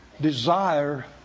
desire